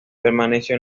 permaneció